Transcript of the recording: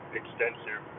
extensive